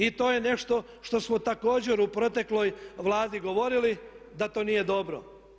I to je nešto što smo također u protekloj Vladi govorili da to nije dobro.